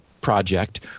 project